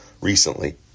Recently